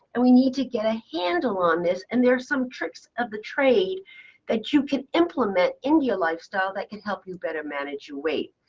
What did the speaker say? and we need to get a handle on this. and there are some tricks of the trade that you can implement in your lifestyle that can help you better manage your weight.